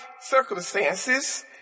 circumstances